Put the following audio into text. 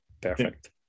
perfect